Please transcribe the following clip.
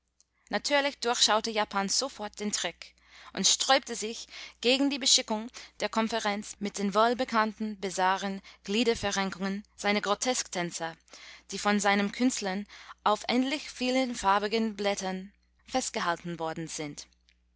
natürlich durchschaute japan sofort den trick und sträubte sich gegen die beschickung der konferenz mit den wohlbekannten bizarren gliederverrenkungen seiner grotesktänzer die von seinen künstlern auf unendlich vielen farbigen blättern festgehalten worden sind